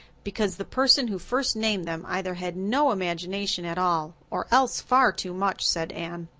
because the person who first named them either had no imagination at all or else far too much, said anne,